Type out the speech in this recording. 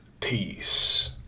peace